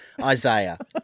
Isaiah